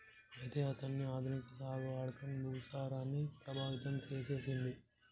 అయితే అతని ఆధునిక సాగు వాడకం భూసారాన్ని ప్రభావితం సేసెసింది